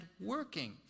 working